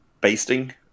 basting